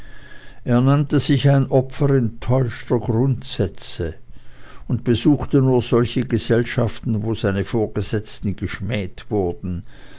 er nannte sich ein opfer enttäuschter grundsätze und besuchte nur solche gesellschaften wo seine vorgesetzten geschmäht wurden